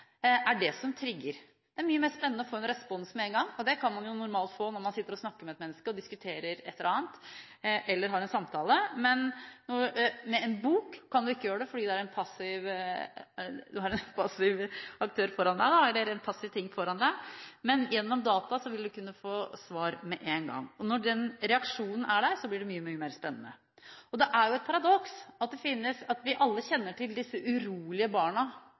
er det som trigger. Det er mye mer spennende å få en respons med en gang, og det kan man normalt få når man sitter og snakker med et menneske og diskuterer et eller annet, eller har en samtale. Men med en bok kan man ikke gjøre det, for da har du en passiv ting foran deg, men gjennom data vil du kunne få svar med en gang. Når den reaksjonen er der, blir det mye mer spennende. Det er jo et paradoks. Vi kjenner alle til de urolige barna, de fryktelig urolige barna,